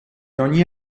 ogni